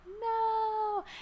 no